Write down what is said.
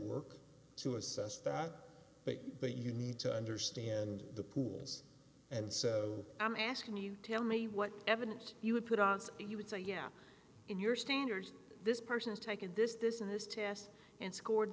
work to assess that but you need to understand the pools and so i'm asking you tell me what evidence you would put on so you would say yeah in your standards this person has taken this this and this test and scored